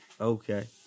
Okay